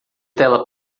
tela